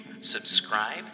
subscribe